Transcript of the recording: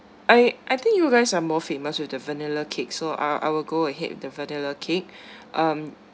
I I think you guys are more famous with the vanilla cake so I I will go ahead with the vanilla cake um